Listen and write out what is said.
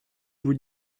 vous